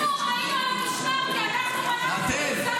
כי אנחנו היינו על המשמר, כי אנחנו --- אתם?